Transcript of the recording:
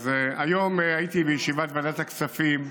היום הייתי בישיבת ועדת הכספים,